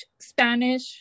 Spanish